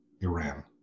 Iran